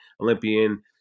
Olympian